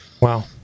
Wow